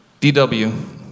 DW